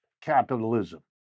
capitalism